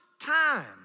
time